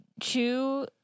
Chew